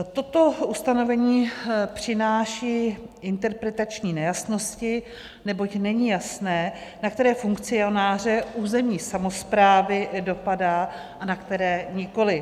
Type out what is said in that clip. Toto ustanovení přináší interpretační nejasnosti, neboť není jasné, na které funkcionáře územní samosprávy dopadá a na které nikoli.